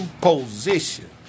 position